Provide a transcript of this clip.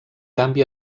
canvi